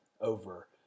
over